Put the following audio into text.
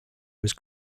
was